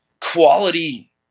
quality